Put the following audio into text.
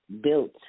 built